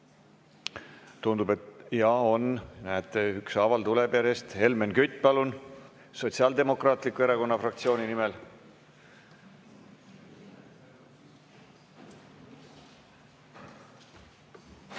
Tundub, et jaa, on. Näete, ükshaaval tuleb järjest. Helmen Kütt, palun, Sotsiaaldemokraatliku Erakonna fraktsiooni nimel!